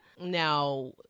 Now